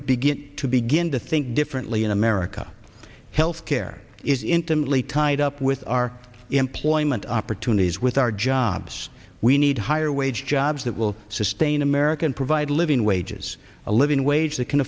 begin to begin to think differently in america health care is intimately tied up with our employment opportunities with our jobs we need higher wage jobs that will sustain american provide living wages a living wage that can